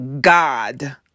God